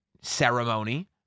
ceremony